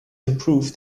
improve